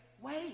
wait